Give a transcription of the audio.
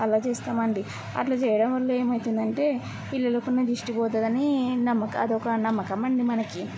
అలా చేస్తామండి అట్లా చేయడం వల్ల ఏమవుతుందంటే పిల్లలకున్న దిష్టి పోతుందని నమ్మక అదొక నమ్మకం అండి మనకి